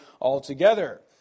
altogether